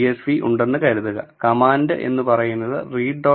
csv' ഉണ്ടെന്ന് കരുതുക command എന്ന് പറയുന്നത് read